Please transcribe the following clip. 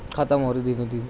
ختم ہو رہی دھیرے دھیرے